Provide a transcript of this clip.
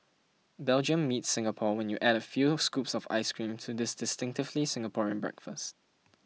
Belgium meets Singapore when you add a few scoops of ice cream to this distinctively Singaporean breakfast